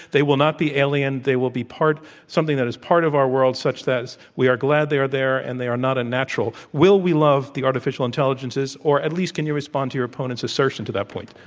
they will not be alien. they will be part something that is part of our world such that we are glad they are there and they are not unnatural. will we love the artificial intelligences? or at least can you respond to your opponents assertion to that point?